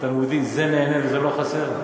התלמודי "זה נהנה וזה לא חסר"?